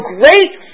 great